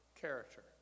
character